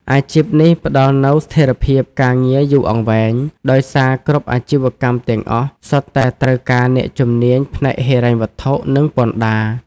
អាជីពនេះផ្តល់នូវស្ថិរភាពការងារយូរអង្វែង ដោយសារគ្រប់អាជីវកម្មទាំងអស់សុទ្ធតែត្រូវការអ្នកជំនាញផ្នែកហិរញ្ញវត្ថុ និងពន្ធដារ។